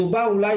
מדובר אולי